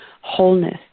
wholeness